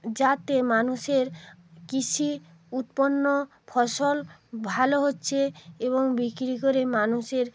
যাতে মানুষের কৃষি উৎপন্ন ফসল ভালো হচ্ছে এবং বিক্রি করে মানুষের